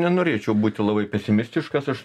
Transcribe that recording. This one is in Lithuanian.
nenorėčiau būti labai pesimistiškas aš